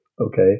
Okay